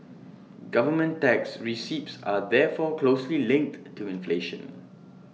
government tax receipts are therefore closely linked to inflation